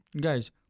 Guys